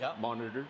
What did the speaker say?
monitored